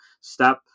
step